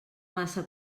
massa